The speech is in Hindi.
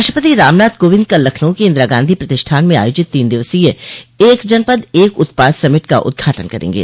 राष्ट्रपति रामनाथ कोविंद कल लखनऊ के इंदिरा गांधी प्रतिष्ठान में आयोजित तीन दिवसीय एक जनपद एक उत्पाद समिट का उद्घाटन करेंगे